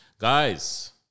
Guys